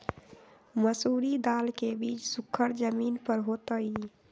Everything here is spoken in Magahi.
मसूरी दाल के बीज सुखर जमीन पर होतई?